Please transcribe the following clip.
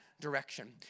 direction